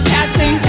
Captain